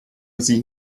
sie